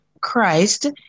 Christ